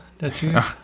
Natürlich